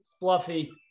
Fluffy